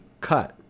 cut